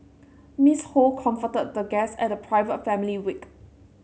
Miss Ho comforted the guests at the private family wake